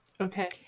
okay